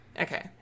Okay